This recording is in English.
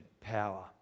power